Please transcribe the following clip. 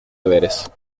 deberes